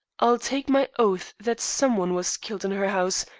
i'll take my oath that some one was killed in her house,